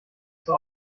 zur